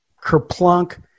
kerplunk